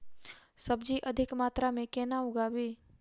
सब्जी अधिक मात्रा मे केना उगाबी?